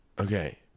Okay